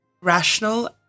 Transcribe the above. rational